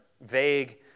vague